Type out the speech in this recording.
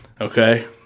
Okay